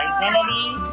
identity